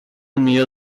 millor